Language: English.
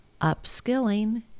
upskilling